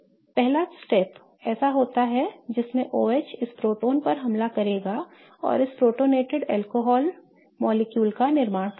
पहला चरण ऐसा होता है जिसमें OH इस प्रोटॉन पर हमला करेगा और इस प्रोटॉनेटेड अल्कोहल अणु का निर्माण करेगा